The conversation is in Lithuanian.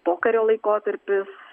pokario laikotarpis